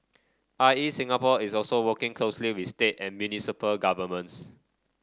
I E Singapore is also working closely with state and municipal governments